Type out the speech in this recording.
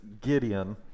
Gideon